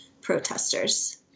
protesters